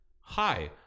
hi